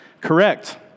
correct